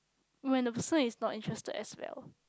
when the person is not interested as liao